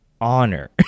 honor